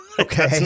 Okay